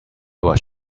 was